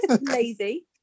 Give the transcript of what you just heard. Lazy